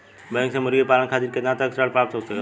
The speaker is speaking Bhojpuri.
बैंक से मुर्गी पालन खातिर कितना तक ऋण प्राप्त हो सकेला?